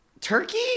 Turkey